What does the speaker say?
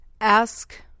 Ask